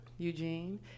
Eugene